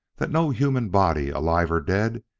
that no human body, alive or dead,